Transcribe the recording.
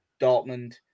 Dortmund